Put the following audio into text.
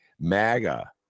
maga